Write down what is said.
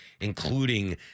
including